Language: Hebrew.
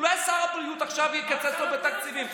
אולי שר הבריאות יקצץ לו עכשיו בתקציבים?